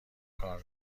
کار